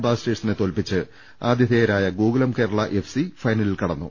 ബ്ലാസ്റ്റേഴ്സിനെ തോല്പിച്ച് ആതിഥേയരായ ഗോകുലം കേരള എഫ് സി ഫൈനലിൽ കടന്നു